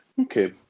Okay